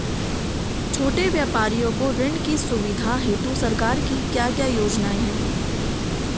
छोटे व्यापारियों को ऋण की सुविधा हेतु सरकार की क्या क्या योजनाएँ हैं?